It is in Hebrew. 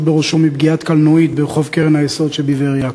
בראשו מפגיעת קלנועית ברחוב קרן-היסוד שבבאר-יעקב,